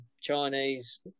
Chinese